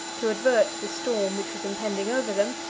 to avert the storm which was impending over them,